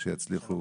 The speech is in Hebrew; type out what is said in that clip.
שיצליחו,